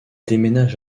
déménage